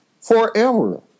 forever